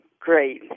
Great